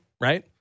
right